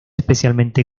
especialmente